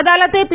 અદાલતે પી